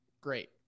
great